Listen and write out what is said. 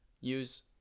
use